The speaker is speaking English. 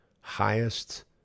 highest